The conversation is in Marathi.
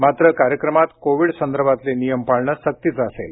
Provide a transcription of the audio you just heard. मात्र कार्यक्रमात कोविड संदर्भातले नियम पाळणं सक्तीचं असेल